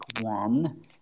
one